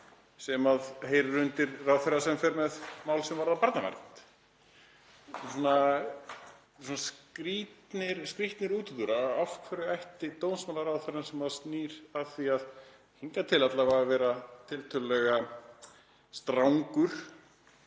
sem heyrir undir ráðherra sem fer með mál sem varða barnavernd. Þetta eru skrýtnir útúrdúrar. Af hverju ætti dómsmálaráðherrann, sem snýr að því hingað til alla vega að vera tiltölulega strangur,